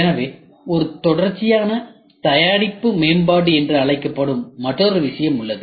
எனவே ஒரு தொடர்ச்சியான தயாரிப்பு மேம்பாடு என்று அழைக்கப்படும் மற்றொரு விஷயம் உள்ளது